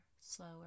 slower